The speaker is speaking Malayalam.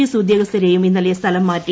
എസ് ഉദ്യോഗസ്ഥരേയും ഇന്നലെ സ്ഥലം മാറ്റി